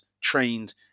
trained